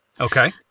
Okay